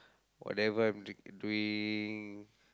whatever I'm doing